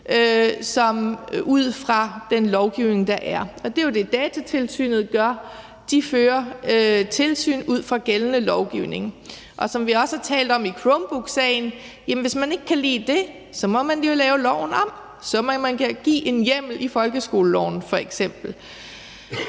ud fra den lovgivning, der er. Og det er jo det, Datatilsynet gør. De fører tilsyn ud fra gældende lovgivning. Som vi også har talt om i Chromebooksagen, må man sige, at hvis man ikke kan lide det, må man jo lave loven om. Så må man give en hjemmel i f.eks. folkeskoleloven. Jeg synes,